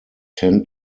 ten